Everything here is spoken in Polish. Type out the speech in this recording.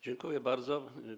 Dziękuję bardzo.